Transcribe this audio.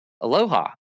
aloha